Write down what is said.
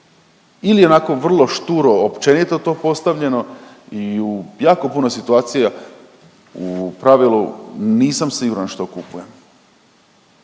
Ili je onako vrlo šturo općenito to postavljeno i u jako puno situacija u pravilu nisam siguran što kupujem,